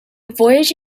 voyage